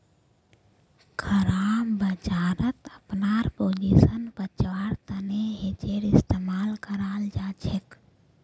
खराब बजारत अपनार पोजीशन बचव्वार तने हेजेर इस्तमाल कराल जाछेक